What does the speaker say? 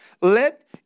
Let